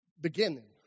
beginning